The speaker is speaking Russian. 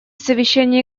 совещания